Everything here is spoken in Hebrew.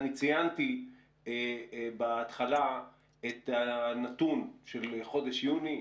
אני ציינתי בהתחלה את הנתון של חודש יוני,